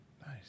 Nice